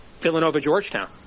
Villanova-Georgetown